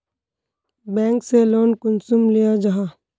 Bank से loan कुंसम लिया जाहा?